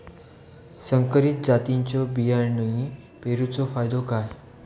संकरित जातींच्यो बियाणी पेरूचो फायदो काय?